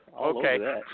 Okay